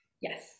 Yes